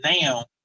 now